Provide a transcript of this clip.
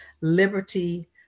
liberty